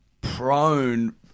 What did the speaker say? prone